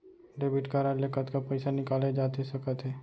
Debit card ले कतका पइसा निकाले जाथे सकत हे?